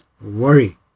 worry